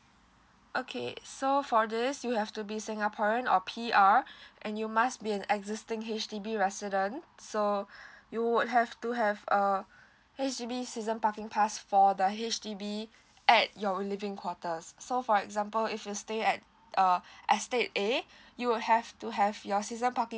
okay so for this you have to be singaporean or P_R and you must be an existing H_D_B resident so you would have to have a H_D_B season parking pass for the H_D_B at your living quarters so for example if you stay at uh estate A you will have to have your season parking